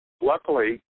Luckily